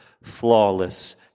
flawless